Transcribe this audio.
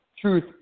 truth